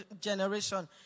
generation